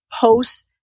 posts